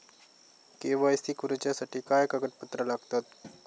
KYC करूच्यासाठी काय कागदपत्रा लागतत?